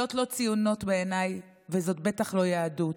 זו לא ציונות בעיניי וזו בטח לא יהדות.